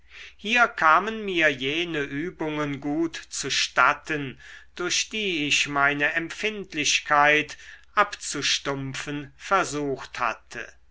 hier kamen mir jene übungen gut zustatten durch die ich meine empfindlichkeit abzustumpfen versucht hatte